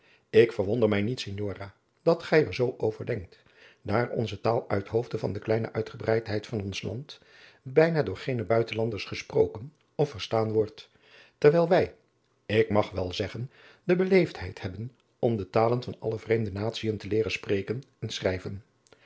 ik verwonder mij niet signora dat gij er zoo over denkt daar onze taal uit hoofde van de kleine uitgebreidheid van ons land bijna door geene buitenlanders gesproken of verstaan wordt terwijl wij ik mag wel zeggen de beleefdheid hebben om de talen van alle vreemde natien te leeren spreken en schrijven